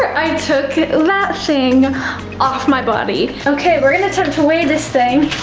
i took that thing off my body. okay, we're gonna attempt to weigh this thing.